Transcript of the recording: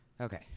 Okay